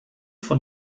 von